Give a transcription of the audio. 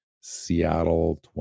Seattle